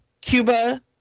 cuba